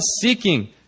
seeking